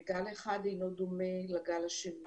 וגל אחד אינו דומה לגל השני.